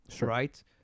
right